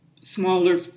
smaller